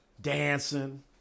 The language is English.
dancing